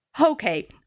okay